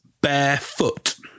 barefoot